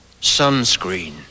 sunscreen